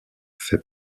fait